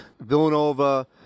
Villanova